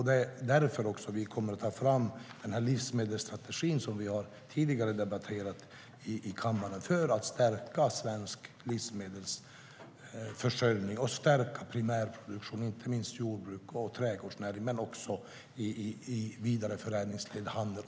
Det är också därför vi kommer att ta fram den livsmedelsstrategi som vi tidigare har debatterat i kammaren - för att stärka svensk livsmedelsförsörjning och primärproduktion. Det gäller inte minst jordbruks och trädgårdsnäring men också i vidareförädlingsled och handel.